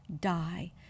die